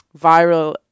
viral